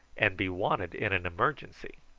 and be wanted in an emergency.